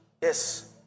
Yes